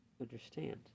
understand